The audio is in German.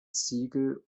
ziegel